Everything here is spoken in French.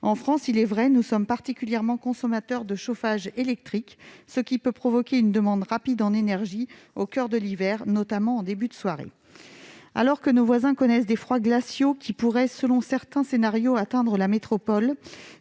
En France, il est vrai, nous sommes particulièrement consommateurs de chauffage électrique, ce qui peut provoquer une croissance rapide de la demande en énergie au coeur de l'hiver, notamment en début de soirée. Nos voisins connaissent actuellement des froids glaciaux qui pourraient, selon certains scénarios, atteindre notre